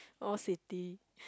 all city